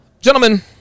Gentlemen